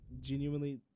genuinely